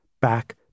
back